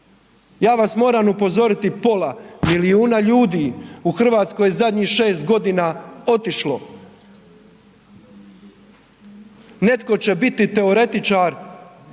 Ja vas moram upozoriti pola milijuna ljudi u Hrvatskoj zadnjih 6 godina otišlo. Netko će biti teoretičar